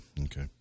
Okay